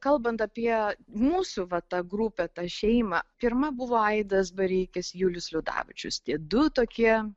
kalbant apie mūsų va tą grupę tą šeimą pirma buvo aidas bareikis julius liudavičius tie du tokie